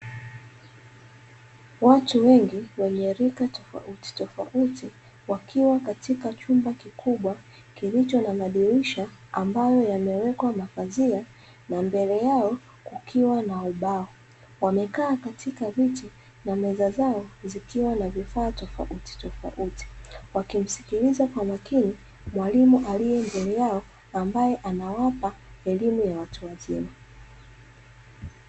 watu wengi wenye rika tofautitofauti, wakiwa katika chumba kikubwa kilicho na madirisha ambayo yamewekwa mapazia, na mbele yao kukiwa na ubao. Wamekaa katika viti na meza zao zikiwa na vifaa tofautitofauti. Wakimsikiliza kwa makini mwalimu aliye mbele yao ambaye anawapa elimu ya watu wazima.